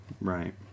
Right